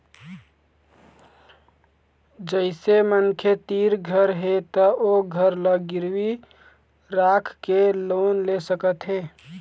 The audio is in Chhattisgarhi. जइसे मनखे तीर घर हे त ओ घर ल गिरवी राखके लोन ले सकत हे